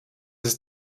ist